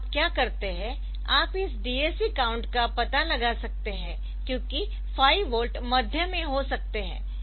तो आप क्या करते है आप इस DAC काउंट का पता लगा सकते है क्योंकि 5 वोल्ट मध्य में हो सकते है